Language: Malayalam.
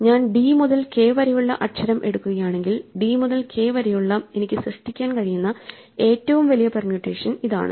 ഞാൻ d മുതൽ k വരെയുള്ള അക്ഷരം എടുക്കുകയാണെങ്കിൽ d മുതൽ k വരെയുള്ള എനിക്ക് സൃഷ്ടിക്കാൻ കഴിയുന്ന ഏറ്റവും വലിയ പെർമ്യൂട്ടേഷൻ ഇതാണ്